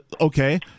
Okay